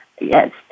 yes